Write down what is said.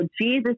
Jesus